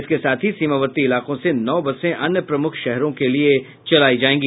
इसके साथ सीमावर्ती इलाकों से नौ बसे अन्य प्रमख शहरों के लिए चलायी जायेगी